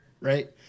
right